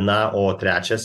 na o trečias